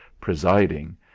presiding